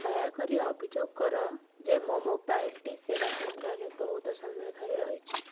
ଦୟାକରି ଅଭିଯୋଗ କର ଯେ ମୋ ମୋବାଇଲଟି ସେବା କେନ୍ଦ୍ରରେ ବହୁତ ସମୟ ଧରି ରହିଛି